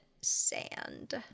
sand